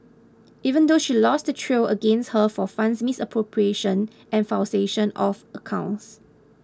even though she lost the trial against her for funds misappropriation and falsification of accounts